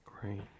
Great